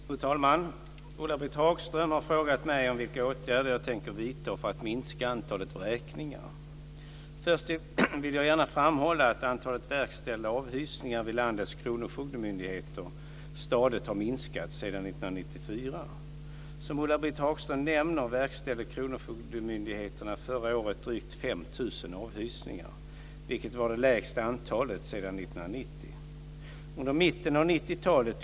Fru talman! Ulla-Britt Hagström har frågat mig om vilka åtgärder jag tänker vidta för att minska antalet vräkningar. Först vill jag gärna framhålla att antalet verkställda avhysningar vid landets kronofogdemyndigheter stadigt har minskat sedan år 1994. Som Ulla-Britt Hagström nämner verkställde kronofogdemyndigheterna förra året drygt 5 000 avhysningar, vilket var det lägsta antalet sedan år 1990.